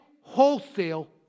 wholesale